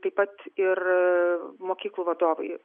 taip pat ir mokyklų vadovai